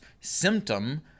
symptom